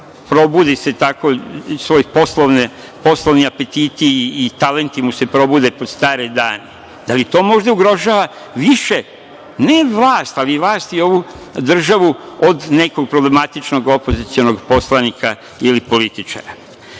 probude poslovni apetiti i talenti da mu se probude pod stare dane? Da li to možda ugrožava više, ne vlast, ali vlast i ovu državu od nekog problematičnog opozicionog poslanika ili političara? Bilo